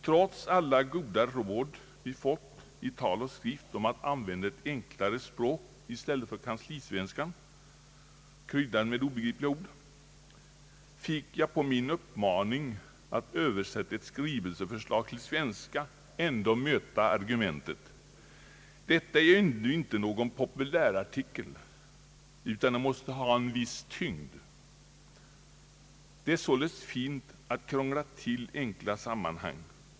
Trots alla goda råd vi fått i tal och skrift att använda ett enklare språk i stället för kanslisvenskan, kryddad med obegripliga ord, fick jag på min uppmaning att översätta ett skrivelseförslag till svenska likväl möta följande argument: »Detta är ju ändå inte någon populärartikel, utan den måste ha en viss tyngd.» Det är således fint att krångla till enkla sammanhang.